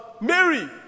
Mary